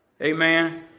Amen